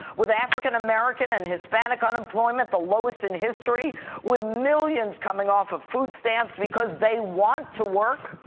with african-american and hispanic unemployment the lowest in history with millions coming off of food stamps because they want to work.